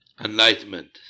enlightenment